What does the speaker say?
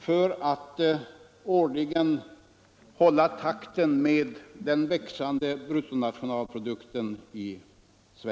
Då kan biståndet hålla jämna steg med den växande svenska bruttonationalprodukten.